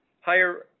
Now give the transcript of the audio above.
higher